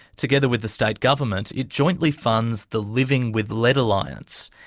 together with the state government, it jointly funds the living with lead alliance.